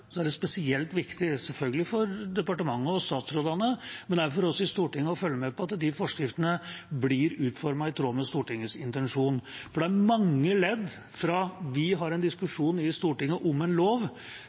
er det selvfølgelig spesielt viktig for departementet og statsrådene, men også for oss i Stortinget, å følge med på at forskriftene blir utformet i tråd med Stortingets intensjon. Det er mange ledd fra vi har en